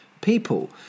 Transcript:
people